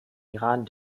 iran